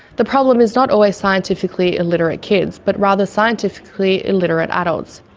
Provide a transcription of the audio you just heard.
the problem is not always scientifically illiterate kids, but rather scientifically illiterate adults.